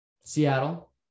Seattle